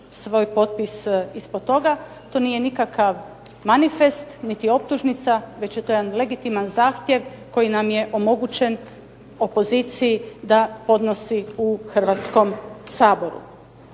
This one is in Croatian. svoj potpis ispod toga. To nije nikakav manifest niti optužnica, već je to jedan legitiman zahtjev koji nam je omogućen opoziciji da podnosi u Hrvatskom saboru.